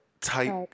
type